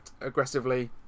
aggressively